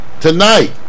tonight